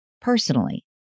Personally